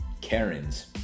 Karens